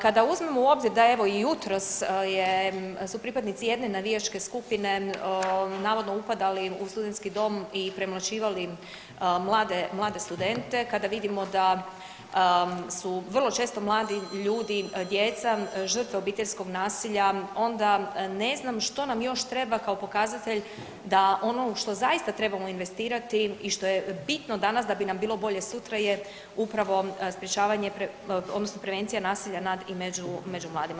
Kada uzmemo u obzir da evo i jutros su pripadnici jedne navijačke skupine navodno upadali u studentski dom i premlaćivali mlade, mlade studente, kada vidimo da su vrlo često mladi ljudi i djeca žrtve obiteljskog nasilja onda ne znam što nam još treba kao pokazatelj da ono u što zaista trebamo investirati i što je bitno danas da bi nam bilo bolje sutra je upravo sprječavanje odnosno prevencija nasilja nad i među, među mladima.